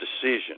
decision